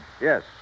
Yes